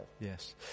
Yes